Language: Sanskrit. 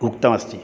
उक्तमस्ति